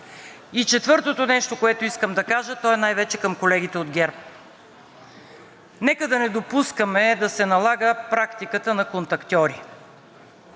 Четвъртото нещо, което искам да кажа, то е най-вече към колегите от ГЕРБ – нека да не допускаме да се налага практиката на контактьори.